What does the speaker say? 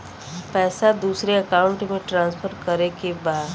पैसा दूसरे अकाउंट में ट्रांसफर करें के बा?